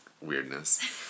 weirdness